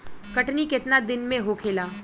कटनी केतना दिन में होखेला?